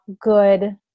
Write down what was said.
good